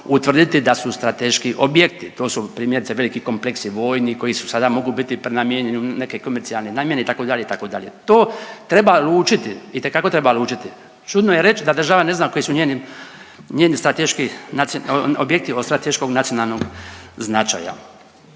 utvrditi da su strateški objekti, to su primjerice veliki kompleksi vojni koji sada mogu biti prenamijenjeni u neke komercijalne namjene itd., itd., to treba lučiti itekako treba lučiti. Čudno je reć da država ne zna koji su njeni strateški naci… objekti od strateškog nacionalnog značaja.